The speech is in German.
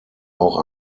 auch